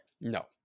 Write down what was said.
No